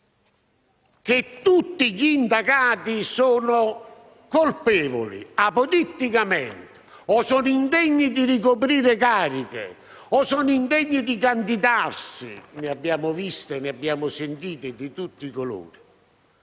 che tutti gli indagati sono colpevoli apoditticamente o sono indegni di ricoprire cariche o di candidarsi - ne abbiamo viste e sentite di tutti i colori